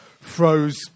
froze